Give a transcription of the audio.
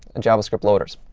and javascript loaders.